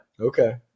Okay